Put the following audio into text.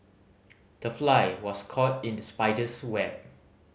the fly was caught in the spider's web